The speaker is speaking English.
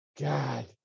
God